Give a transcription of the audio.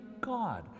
God